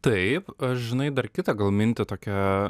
taip aš žinai dar kitą gal mintį tokią